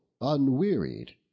unwearied